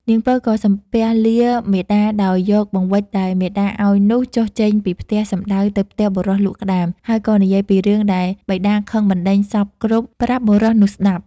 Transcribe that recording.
នាងពៅក៏សំពះលាមាតាដោយយកបង្វេចដែលមាតាឲ្យនោះចុះចេញពីផ្ទះសំដៅទៅផ្ទះបុរសលក់ក្ដាម ហើយក៏និយាយពីរឿងដែលបិតាខឹងបណ្ដេញសព្វគ្រប់ប្រាប់បុរសនោះស្តាប់។